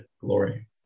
glory